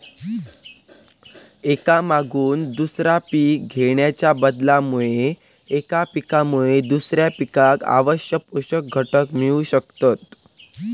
एका मागून दुसरा पीक घेणाच्या बदलामुळे एका पिकामुळे दुसऱ्या पिकाक आवश्यक पोषक घटक मिळू शकतत